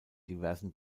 diversen